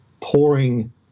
pouring